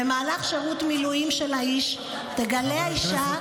במהלך שירות מילואים של האיש, תגלה האישה,